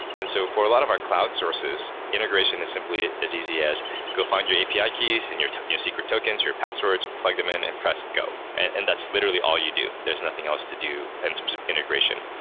and so for a lot of our cloud services, integration is simply as easy as go find your api ah keys and your your secret tokens or your passwords. plug them in and press go. and that's literally all you do. there's nothing else to do in terms of integration.